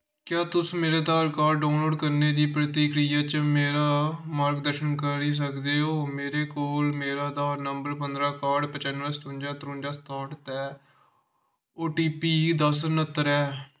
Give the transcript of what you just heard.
क्या तुस मेरा आधार कार्ड डाउनलोड करने दी प्रतिक्रिया च मेरा मार्गदर्शन करी सकदे ओ मेरे कोल मेरा आधार नंबर पंदरां काह्ट पचानुऐं सतुंजां त्रुंजा सताह्ट ते ओ टी पी दस न्हत्तर ऐ